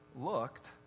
looked